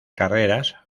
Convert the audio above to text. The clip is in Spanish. carreras